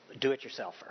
do-it-yourselfer